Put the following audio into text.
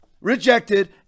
rejected